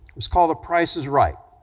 was called the price is right,